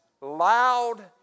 loud